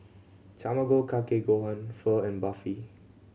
Tamago Kake Gohan Pho and Barfi